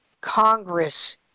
Congress